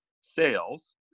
sales